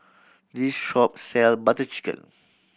this shop sell Butter Chicken